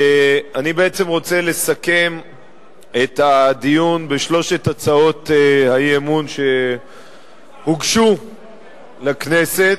אני בעצם רוצה לסכם את הדיון בשלוש הצעות האי-אמון שהוגשו לכנסת.